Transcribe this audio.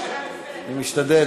אני משתדל.